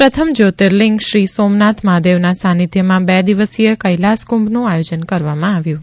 પ્રથમ જ્યોતિલિંગ શ્રી સોમનાથ મહાદેવના સાનિધ્યમાં બે દિવસીય કૈલાસ કુંભનું આયોજન કરવામાં આવ્યું હતું